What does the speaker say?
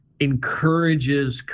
encourages